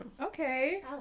okay